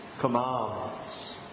commands